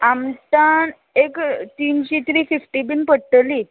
आमटान एक तिनशी three fifty बीन पडटली